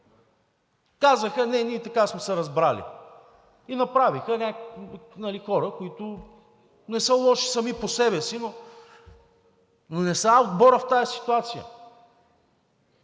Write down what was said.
Казаха: „Не, ние така сме се разбрали.“ И направиха някакви хора, които не са лоши сами по себе си, но не са А-отборът в тази ситуация.